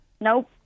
Nope